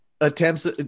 attempts